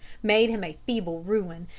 made him a feeble ruin,